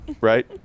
right